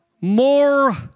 more